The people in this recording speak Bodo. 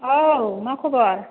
औ मा खबर